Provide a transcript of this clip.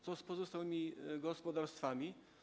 Co z pozostałymi gospodarstwami?